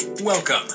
Welcome